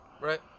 Right